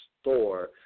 Store